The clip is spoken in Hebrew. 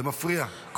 מפריע.